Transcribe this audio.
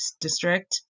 district